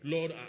Lord